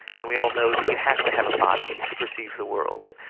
and we all know that you have to have a body to perceive the world.